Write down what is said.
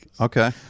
okay